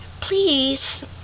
please